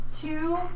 two